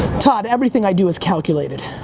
todd, everything i do is calculated.